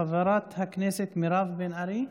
חברת הכנסת מירב בן ארי,